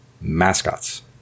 mascots